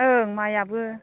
ओं माइआबो